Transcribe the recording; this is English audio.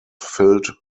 filled